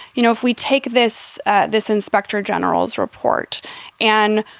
you know, if we take this this inspector general's report and,